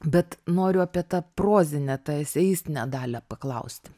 bet noriu apie tą prozinę tą eseistinę dalį paklaust